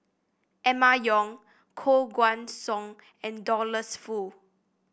Emma Yong Koh Guan Song and Douglas Foo